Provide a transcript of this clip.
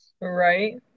Right